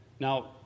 Now